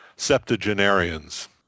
septuagenarians